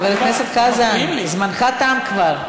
חבר הכנסת חזן, זמנך תם כבר.